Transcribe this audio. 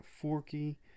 Forky